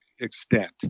extent